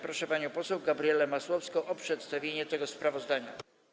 Proszę panią poseł Gabrielę Masłowską o przedstawienie tego sprawozdania.